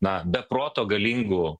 na be proto galingu